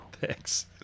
Thanks